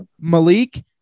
Malik